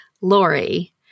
Lori